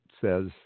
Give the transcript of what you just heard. says